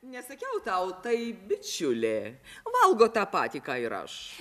nesakiau tau tai bičiulė valgo tą patį ką ir aš